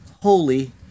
holy